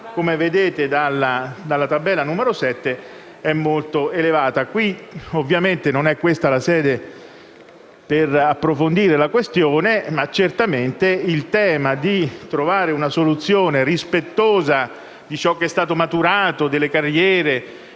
come vedete dalla tabella n. 7, è molto elevata. Non è questa la sede per approfondire la questione, ma certamente occorre trovare una soluzione rispettosa di ciò che è stato maturato, delle carriere